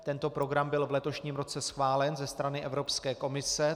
Tento program byl v letošním roce schválen ze strany Evropské komise.